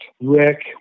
Rick